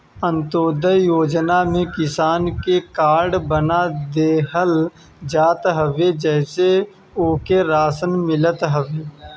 अन्त्योदय योजना में किसान के कार्ड बना के देहल जात हवे जेसे ओके राशन मिलत हवे